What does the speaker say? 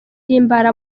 himbara